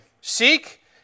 Seek